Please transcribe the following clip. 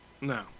No